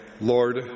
Lord